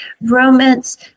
romance